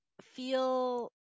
feel